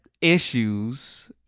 issues